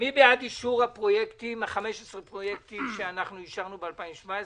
מי בעד אישור 15 הפרויקטים שאישרנו ב-2017,